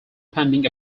pending